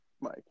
Mike